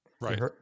Right